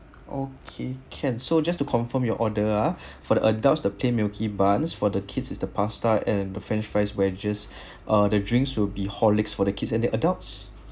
okay can so just to confirm your order ah for the adults the plane milky buns for the kids is the pasta and the french fries wedges ah the drinks will be horlicks for the kids and the adults